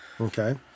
okay